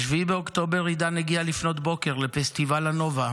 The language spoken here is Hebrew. ב-7 באוקטובר עידן הגיע לפנות בוקר לפסטיבל הנובה